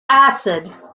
acid